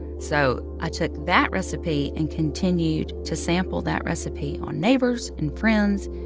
so i took that recipe and continued to sample that recipe on neighbors and friends,